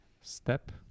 step